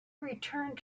returned